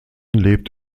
lebt